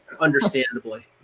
understandably